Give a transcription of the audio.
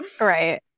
Right